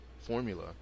formula